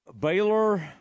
Baylor